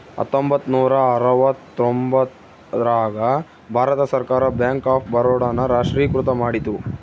ಹತ್ತೊಂಬತ್ತ ನೂರ ಅರವತ್ತರ್ತೊಂಬತ್ತ್ ರಾಗ ಭಾರತ ಸರ್ಕಾರ ಬ್ಯಾಂಕ್ ಆಫ್ ಬರೋಡ ನ ರಾಷ್ಟ್ರೀಕೃತ ಮಾಡಿತು